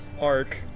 arc